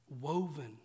woven